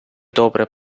добре